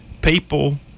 people